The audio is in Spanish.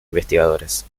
investigadores